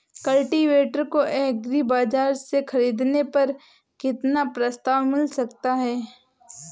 Cultivator को agri बाजार से ख़रीदने पर कितना प्रस्ताव मिल सकता है?